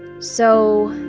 so,